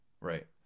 Right